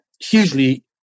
hugely